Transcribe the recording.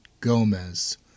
Gomez